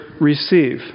receive